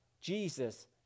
Jesus